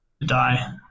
die